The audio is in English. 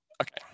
Okay